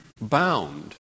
bound